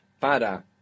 para